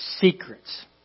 secrets